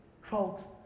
folks